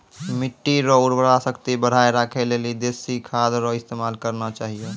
मिट्टी रो उर्वरा शक्ति बढ़ाएं राखै लेली देशी खाद रो इस्तेमाल करना चाहियो